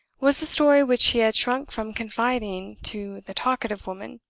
was a story which he had shrunk from confiding to the talkative woman,